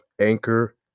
Anchor